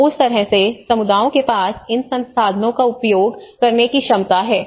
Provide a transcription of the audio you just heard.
तो उस तरह से समुदायों के पास इन संसाधनों का उपयोग करने की क्षमता है